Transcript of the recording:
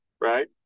right